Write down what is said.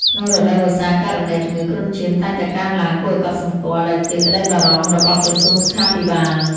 ក្នុងរដូវវស្សា ករណីជំងឺគ្រុនឈាមតែងតែកើនឡើងគួរឲ្យកត់សម្គាល់ ដែលជាក្តីបារម្ភរបស់ក្រសួងសុខាភិបាល។